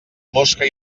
mosca